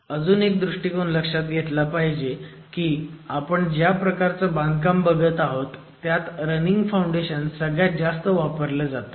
तर अजून एक दृष्टीकोन लक्षात घेतला पाहिजे की आपण ज्या प्रकारचं बांधकाम बघत आहोत त्यात रनिंग फौंडेशन सगळ्यात जास्त वापरलं जातं